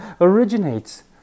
originates